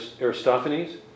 Aristophanes